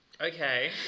Okay